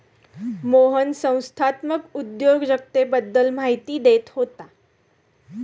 मोहन संस्थात्मक उद्योजकतेबद्दल माहिती देत होता